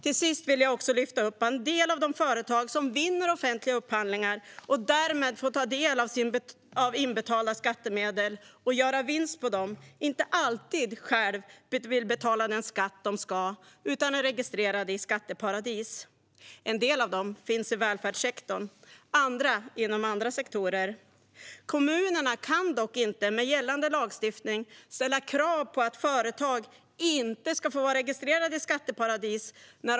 Till sist vill jag lyfta upp att en del av de företag som vinner offentliga upphandlingar och därmed får ta del av inbetalda skattemedel och kan göra vinst på dem inte alltid vill betala den skatt de ska betala, utan de är registrerade i skatteparadis. En del av dem finns i välfärdssektorn. Andra finns inom andra sektorer. Kommunerna kan dock inte med gällande lagstiftning vid en upphandling ställa krav på att företag inte ska få vara registrerade i skatteparadis.